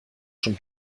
schon